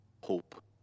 hope